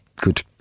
good